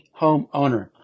homeowner